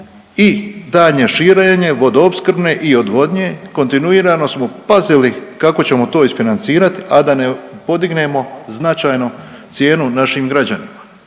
i daljnje širenje vodoopskrbne i odvodnje, kontinuirano smo pazili kako ćemo to isfinancirat, a da ne podignemo značajno cijenu našim građanima.